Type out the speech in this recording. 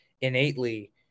innately